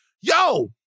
yo